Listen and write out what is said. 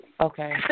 Okay